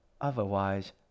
Otherwise